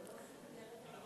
נכון.